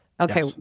Okay